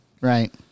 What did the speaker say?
Right